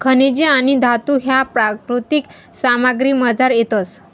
खनिजे आणि धातू ह्या प्राकृतिक सामग्रीमझार येतस